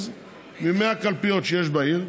אז יש להם 20% מ-100 קלפיות שיש בעיר,